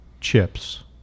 chips